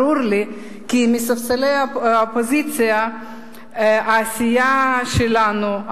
ברור לי כי מספסלי האופוזיציה העשייה שלנו,